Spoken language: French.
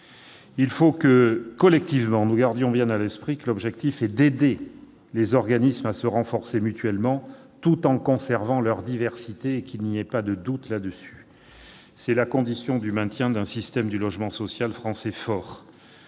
Il faut que, collectivement, nous gardions bien à l'esprit que l'objectif est d'aider les organismes à se renforcer mutuellement, tout en conservant leur diversité. Il n'y a aucun doute à avoir sur ce point. C'est la condition du maintien d'un système du logement social français fort.